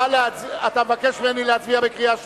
אתה מבקש ממני להצביע בקריאה השלישית?